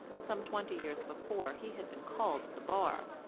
some twenty years before, he had been called to the bar,